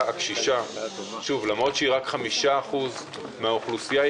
הקשישה למרות שהיא רק 5% מהאוכלוסייה,